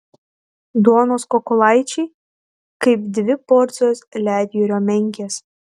duonos kukulaičiai kaip dvi porcijos ledjūrio menkės